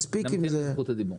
אמתין לרשות דיבור.